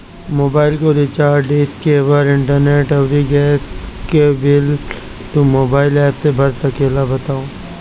mobile कअ recharge, dish, cable, internet अउरी gas कअ बिल तू मोबाइल एप्प से भर सकत बाटअ